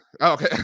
Okay